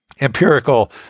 empirical